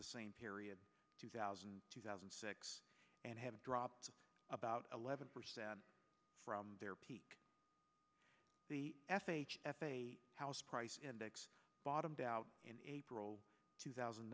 the same period two thousand two thousand and six and have dropped about eleven percent from their peak the f a f a house price index bottomed out in april two thousand